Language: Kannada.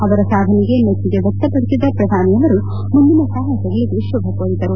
ಅವರ ಸಾಧನೆಗೆ ಮೆಚ್ಚುಗೆ ವ್ಯಕ್ತಪಡಿಸಿದ ಪ್ರಧಾನಿ ಮುಂದಿನ ಸಾಹಸಗಳಿಗೆ ಶುಭ ಕೋರಿದರು